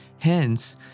Hence